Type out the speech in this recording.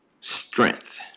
strength